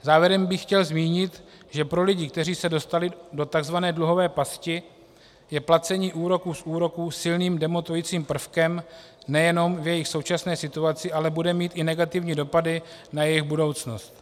Závěrem bych chtěl zmínit, že pro lidi, kteří se dostali do takzvané dluhové pasti, je placení úroků z úroků silným demotivujícím prvkem nejenom v jejich současné situaci, ale bude mít i negativní dopady na jejich budoucnost.